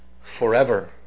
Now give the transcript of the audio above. forever